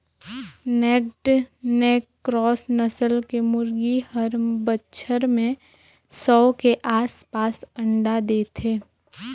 naked neck cross नसल के मुरगी हर बच्छर में सौ के आसपास अंडा देथे